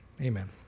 amen